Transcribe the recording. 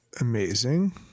amazing